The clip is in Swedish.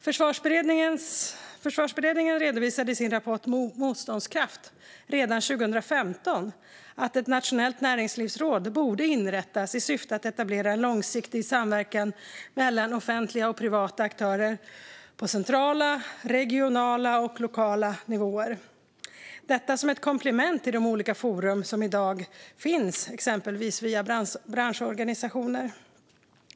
Försvarsberedningen redovisade i sin rapport Motståndskraft redan 2015 att ett nationellt näringslivsråd borde inrättas i syfte att etablera en långsiktig samverkan mellan offentliga och privata aktörer på centrala, regionala och lokala nivåer - detta som ett komplement till de olika forum som i dag finns, exempelvis via branschorganisationer.